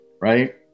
right